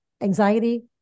anxiety